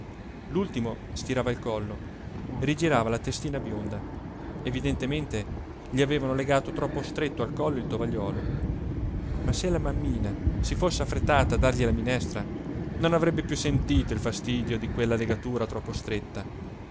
l'ultimo stirava il collo rigirava la testina bionda evidentemente gli avevano legato troppo stretto al collo il tovagliolo ma se la mammina si fosse affrettata a dargli la minestra non avrebbe piú sentito il fastidio di quella legatura troppo stretta